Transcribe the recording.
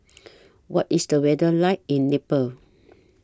What IS The weather like in Nepal